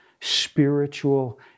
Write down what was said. spiritual